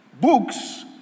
books